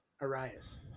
Arias